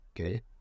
okay